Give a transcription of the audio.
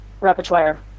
repertoire